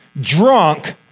drunk